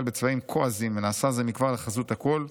בצבעים כה עזים ונעשה זה מכבר לחזות הכול,